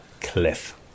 Cliff